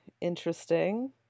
Interesting